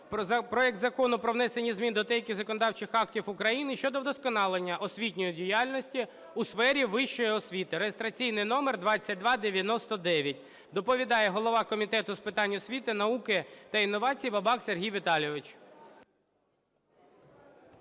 Проект Закону про внесення змін до деяких законодавчих актів України щодо вдосконалення освітньої діяльності у сфері вищої освіти (реєстраційний номер 2299). Доповідає голова Комітету з питань освіти, науки та інновацій Бабак Сергій Віталійович.